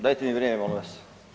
Dajte mi vrijeme molim vas.